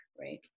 right